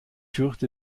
fürchte